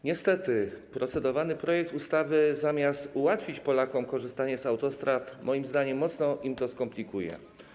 Niestety procedowany projekt ustawy zamiast ułatwić Polakom korzystanie z autostrad, moim zdaniem mocno im to skomplikuje.